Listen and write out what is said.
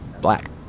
black